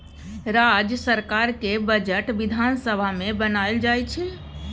राज्य सरकारक बजट बिधान सभा मे बनाएल जाइ छै